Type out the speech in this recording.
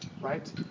right